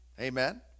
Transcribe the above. amen